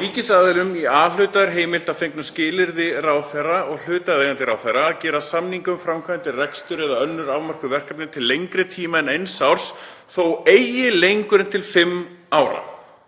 „Ríkisaðilum í A1-hluta er heimilt, að fengnu samþykki ráðherra og hlutaðeigandi ráðherra, að gera samninga um framkvæmdir, rekstur eða önnur afmörkuð verkefni til lengri tíma en eins árs en þó eigi lengur en til fimm ára.“